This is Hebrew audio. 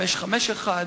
551,